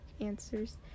answers